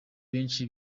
benshi